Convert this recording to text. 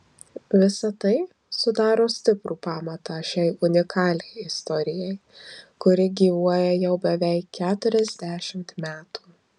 visa tai sudaro stiprų pamatą šiai unikaliai istorijai kuri gyvuoja jau beveik keturiasdešimt metų